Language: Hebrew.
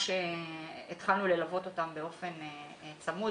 התחלנו ללוות אותם באופן צמוד,